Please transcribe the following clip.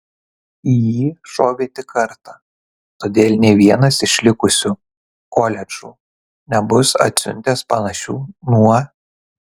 į jį šovė tik kartą todėl nė vienas iš likusių koledžų nebus atsiuntęs panašių nuo